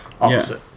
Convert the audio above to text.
Opposite